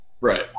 Right